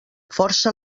força